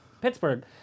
Pittsburgh